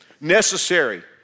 Necessary